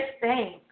thanks